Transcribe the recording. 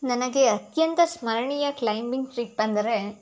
ನನಗೆ ಅತ್ಯಂತ ಸ್ಮರಣೀಯ ಕ್ಲೈಂಬಿಂಗ್ ಟ್ರಿಪ್ ಅಂದರೆ